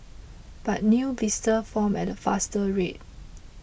but new blisters formed at a faster rate